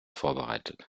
vorbereitet